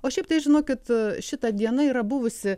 o šiaip tai žinokit šita diena yra buvusi